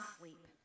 sleep